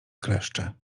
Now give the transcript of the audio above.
kleszcze